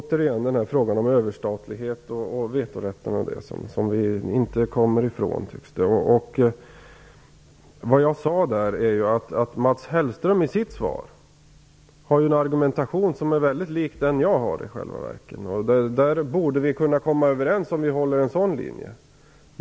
Herr talman! Frågan om överstatlighet och vetorätt tycks vi inte komma ifrån. Det jag sade var att Mats Hellström i sitt svar har en argumentation som i själva verket är mycket lik den jag har. Om vi håller en sådan linje borde vi kunna komma överens.